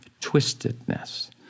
twistedness